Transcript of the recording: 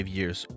Years